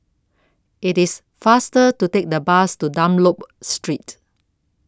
IT IS faster to Take The Bus to Dunlop Street